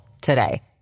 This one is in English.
today